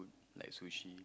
like sushi